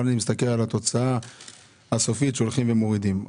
אבל אני מסתכל על התוצאה הסופית שהולכים ומורידים.